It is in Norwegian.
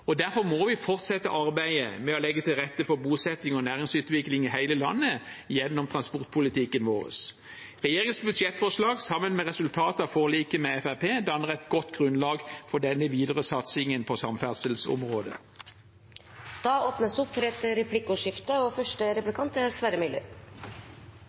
og derfor må vi fortsette arbeidet med å legge til rette for bosetting og næringsutvikling i hele landet, gjennom transportpolitikken vår. Regjeringens budsjettforslag, sammen med resultatet av forliket med Fremskrittspartiet, danner et godt grunnlag for denne videre satsingen på